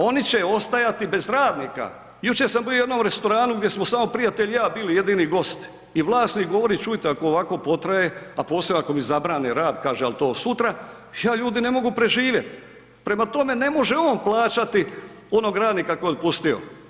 Oni će ostajati bez radnika, jučer sam bio u jednom restoranu gdje smo samo prijatelj i ja bili jedini gosti, i vlasnik govori čujte ako ovako potraje, a posebno ako mi zabrane rad, kaže al to od sutra, ja ljudi ne mogu preživjet, prema tome ne može on plaćati onog radnika kojeg je otpustio.